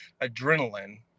adrenaline